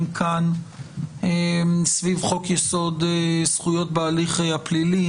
כאן סביב חוק יסוד זכויות בהליך הפלילי,